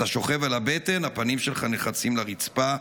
אתה שוכב על הבטן, הפנים שלך נחרצים לרצפה,